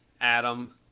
adam